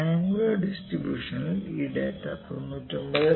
triangular ഡിസ്ട്രിബൂഷനിൽ ഈ data 99